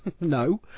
No